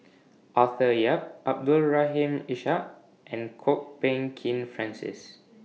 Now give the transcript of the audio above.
Arthur Yap Abdul Rahim Ishak and Kwok Peng Kin Francis